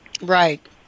Right